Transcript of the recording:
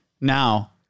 now